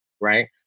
right